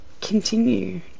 continue